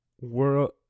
world